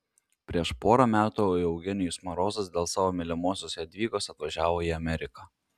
prieš porą metų eugenijus marozas dėl savo mylimosios jadvygos atvažiavo į ameriką